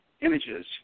images